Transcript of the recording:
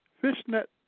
fishnet